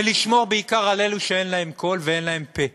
ולשמור בעיקר על אלו שאין להם קול ואין להם פה.